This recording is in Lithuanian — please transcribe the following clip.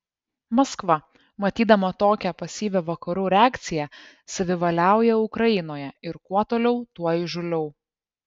maskva matydama tokią pasyvią vakarų reakciją savivaliauja ukrainoje ir kuo toliau tuo įžūliau